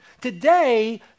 Today